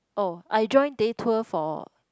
oh I join day tour for